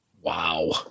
Wow